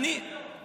180 יום.